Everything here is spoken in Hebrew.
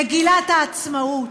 מגילת העצמאות.